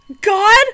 God